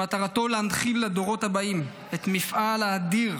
שמטרתו להנחיל לדורות הבאים את מפעל האדיר,